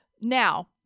Now